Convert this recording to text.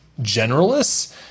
generalists